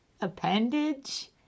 appendage